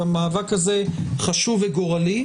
שהמאבק הזה חשוב וגורלי,